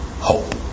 hope